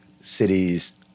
cities